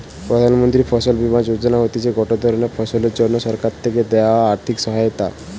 প্রধান মন্ত্রী ফসল বীমা যোজনা হতিছে গটে ধরণের ফসলের জন্যে সরকার থেকে দেয়া আর্থিক সহায়তা